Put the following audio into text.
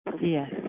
Yes